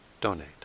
donate